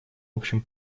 общем